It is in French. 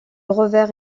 revers